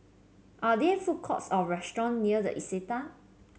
are there food courts or restaurant near the Istana